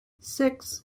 six